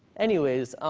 anyways,